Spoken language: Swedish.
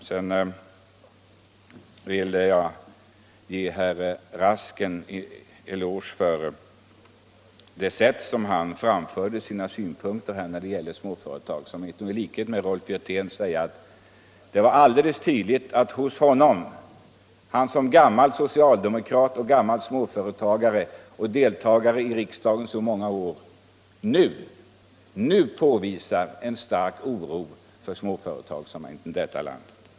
Sedan vill jag ge herr Rask en eloge för det sätt på vilket han framförde sina synpunkter på småföretagsamheten. Jag vill i likhet med Rolf Wirtén säga att det är alldeles tydligt att herr Rask, som är gammal socialdemokrat och gammal småföretagare och ledamot av riksdagen sedan många år, nu visar stark oro för småföretagsamheten i detta land.